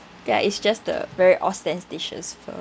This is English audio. ya it's just the very ostentatious fur